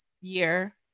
year